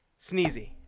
sneezy